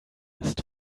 ist